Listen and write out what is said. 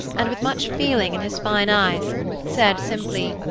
and with much feeling in his fine eyes said simply,